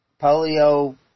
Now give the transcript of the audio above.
polio